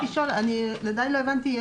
עדיין לא הבנתי,